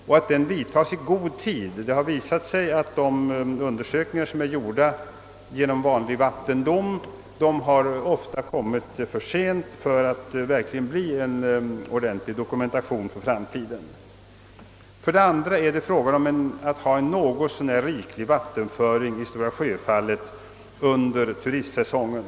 Dessa undersökningar skall också utföras i god tid; de undersökningar som tillkommit genom vanlig vattendom har ofta visat sig vara för sent påtänkta för att kunna ge en ordentlig dokumentation för framtiden. Det andra villkoret är att det skall vara en något så när riklig vattenföring i Stora Sjöfallet under turistsäsongen.